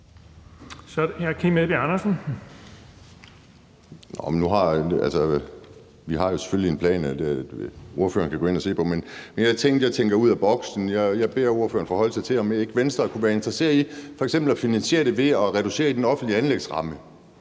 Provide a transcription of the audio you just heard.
Vi har jo selvfølgelig en plan, ordføreren kan gå ind og se på. Men jeg tænker ud af boksen. Jeg beder ordføreren forholde sig til, om ikke Venstre kunne være interesseret i f.eks. at finansiere det ved at reducere den offentlige anlægsramme,